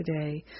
today